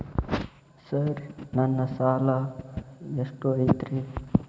Sir ನನ್ನ ಸಾಲಾ ಎಷ್ಟು ಐತ್ರಿ?